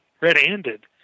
red-handed